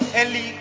early